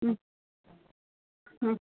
ம் ம்